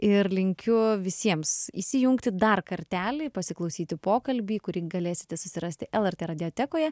ir linkiu visiems įsijungti dar kartelį pasiklausyti pokalbį kurį galėsite susirasti lrt radiotekoje